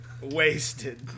Wasted